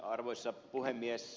arvoisa puhemies